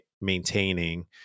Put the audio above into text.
maintaining